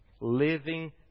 living